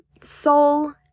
soul